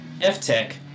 F-Tech